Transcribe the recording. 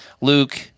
Luke